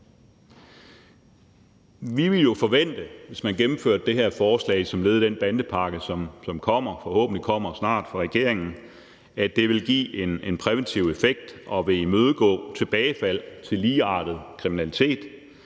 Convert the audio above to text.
Vi ville jo forvente, at det, hvis man gennemførte det her forslag som led i den bandepakke, som forhåbentlig snart kommer fra regeringen, ville give en præventiv effekt og ville imødegå tilbagefald til lignende kriminalitet.